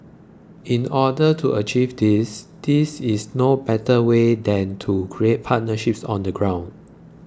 in order to achieve this these is no better way than to create partnerships on the ground